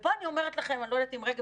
ופה אני אומרת לכם אני לא יודעת אם רגב